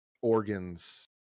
organs